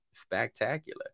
Spectacular